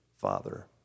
father